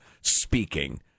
speaking